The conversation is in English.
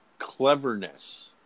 cleverness